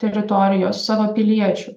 teritorijos savo piliečių